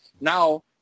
now